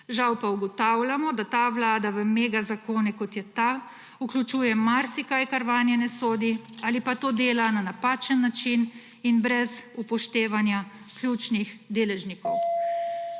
Žal pa ugotavljamo, da ta vlada v megazakone, kot je ta, vključuje marsikaj, kar vanje ne sodi, ali pa to dela na napačen način in brez upoštevanja ključnih deležnikov.